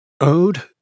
Ode